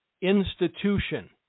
institution